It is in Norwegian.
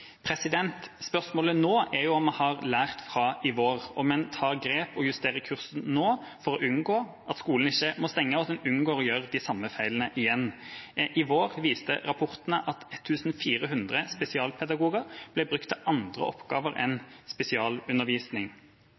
Spørsmålet nå er jo om vi har lært fra i vår, om en tar grep og justerer kursen nå for å unngå at skolene ikke må stenge, slik at en unngår å gjøre de samme feilene igjen. I vår viste rapportene at 1 400 spesialpedagoger ble brukt til andre oppgaver enn spesialundervisning.